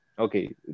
Okay